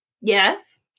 Yes